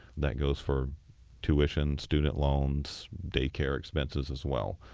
that goes for tuition, student loans, day care expenses as well.